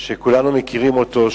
שכולנו מכירים אותו,